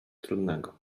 trudnego